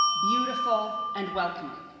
beautiful, and welcoming.